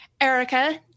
Erica